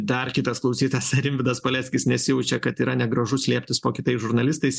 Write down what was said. dar kitas klausytojas ar rimvydas paleckis nesijaučia kad yra negražu slėptis po kitais žurnalistais